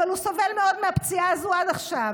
אבל הוא סובל מאוד מהפציעה הזאת עד עכשיו,